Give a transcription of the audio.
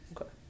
okay